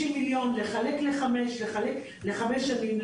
50 מיליון לחלק לחמש ערים,